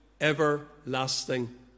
everlasting